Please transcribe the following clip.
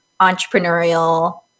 entrepreneurial